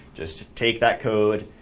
just take that code,